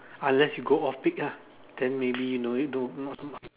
unless you go off peak lah then maybe you no need to not so much